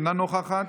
אינה נוכחת,